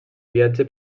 viatge